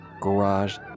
garage